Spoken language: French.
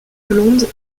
blonde